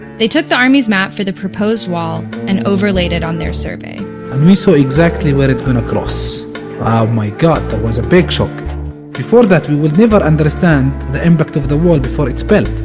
they took the army's map for the proposed wall and overlaid it on their survey and we saw exactly where it gonna cross. oh my god, there was a big before that we will never understand the impact of the wall before it's built.